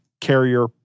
carrier